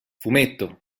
fumetto